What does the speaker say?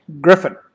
Griffin